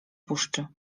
puszczy